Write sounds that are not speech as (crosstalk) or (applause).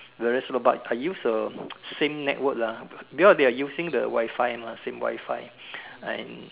very slow but I use uh (noise) same network lah because they are using the Wi-Fi mah same Wi-Fi and